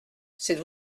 c’est